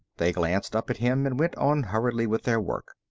they glanced up at him and went on hurriedly with their work.